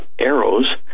arrows